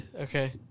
Okay